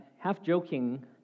half-joking